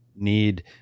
need